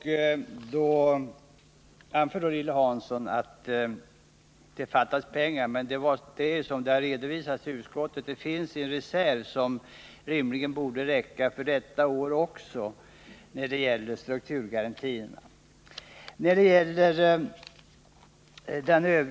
Lilly Hansson anförde att det fattas pengar, men som det redovisats till utskottet finns det en reserv som rimligen borde räcka för strukturgarantierna under detta år också.